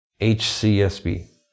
HCSB